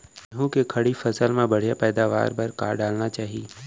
गेहूँ के खड़ी फसल मा बढ़िया पैदावार बर का डालना चाही?